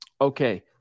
Okay